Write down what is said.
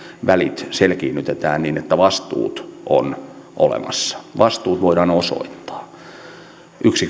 välit selkiinnytetään niin että vastuut ovat olemassa vastuut voidaan osoittaa yksi